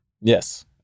Yes